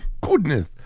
Goodness